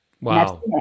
Wow